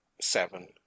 Seven